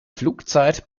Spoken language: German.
flugzeit